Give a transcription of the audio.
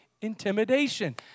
Intimidation